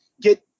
get